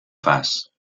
fas